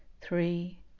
three